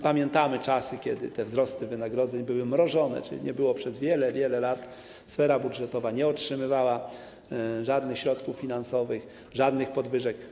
Pamiętamy czasy, kiedy te wzrosty wynagrodzeń były mrożone, czyli przez wiele, wiele lat sfera budżetowa nie otrzymywała żadnych środków finansowych, żadnych podwyżek.